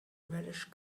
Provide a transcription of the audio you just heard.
reddish